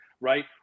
right